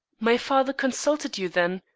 my father consulted you, then?